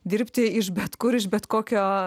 dirbti iš bet kur iš bet kokio